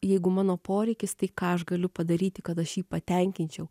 jeigu mano poreikis tai ką aš galiu padaryti kad aš jį patenkinčiau